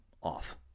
off